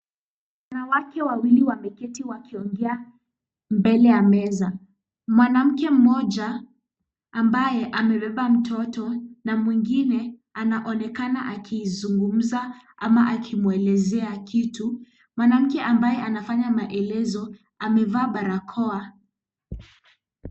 Wanawake wawili wameketi wakiongea mbele ya meza, mwanamke mmoja ambaye amebeba mtoto na mwingine anaonekana akizungumza ama akimwelezea kitu, mwanamke ambaye anafanya maelezo amevaa barakoa.